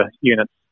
units